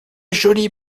jolie